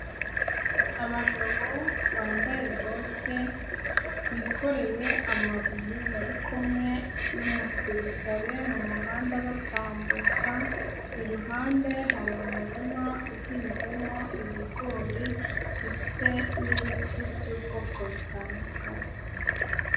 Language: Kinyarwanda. Abagabo bambaye bote, bikoreye amabuye, bari kumwe n'umusirikare mu muhanda batambuka, iruhande hari umurima uhinzemo ibigori, ndetse n'ibiti by'ubwoko butandukanye.